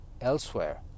elsewhere